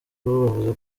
bavuze